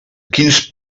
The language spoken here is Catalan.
quins